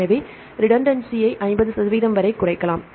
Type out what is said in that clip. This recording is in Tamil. எனவே ரிடென்சி ஐ 50 சதவிகிதம் வரை குறைக்கலாம்